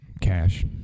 cash